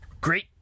great